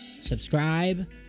subscribe